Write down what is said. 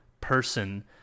person